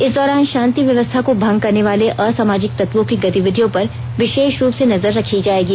इस दौरान शांति व्यवस्था को भंग करने वाले असामाजिक तत्वों की गतिविधियों पर विशेष रूप से नजर रखी जाएगी